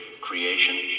creation